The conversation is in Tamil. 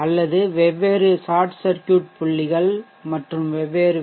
அல்லது வெவ்வேறு சார்ட் சர்க்யூட் புள்ளிகள் மற்றும் வெவ்வேறு வி